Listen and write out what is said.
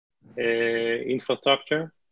Infrastructure